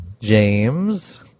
James